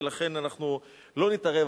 ולכן אנחנו לא נתערב.